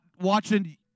watching